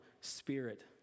spirit